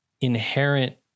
inherent